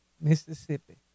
Mississippi